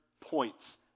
points